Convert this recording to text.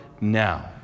now